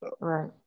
Right